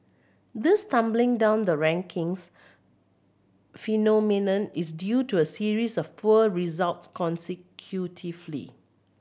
this tumbling down the rankings phenomenon is due to a series of poor results consecutively